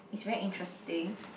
is very interesting